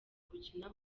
gukina